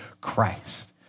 Christ